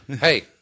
hey